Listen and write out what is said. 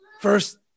First